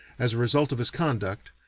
as a result of his conduct,